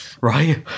right